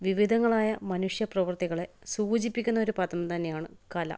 വിവിധങ്ങളായ മനുഷ്യ പ്രവൃത്തികളെ സൂചിപ്പിക്കുന്ന ഒരു പദം തന്നെയാണ് കല